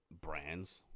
brands